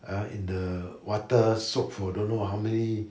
uh in the water soak for don't know how many